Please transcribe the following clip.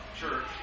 church